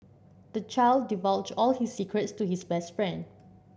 the child divulged all his secrets to his best friend